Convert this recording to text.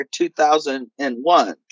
2001